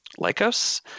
Lycos